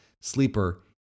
Sleeper